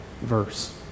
verse